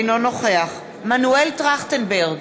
אינו נוכח מנואל טרכטנברג,